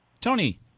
Tony